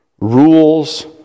rules